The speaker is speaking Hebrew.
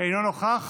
אינו נוכח.